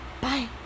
Bye